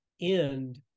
end